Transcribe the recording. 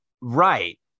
Right